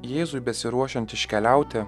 jėzui besiruošiant iškeliauti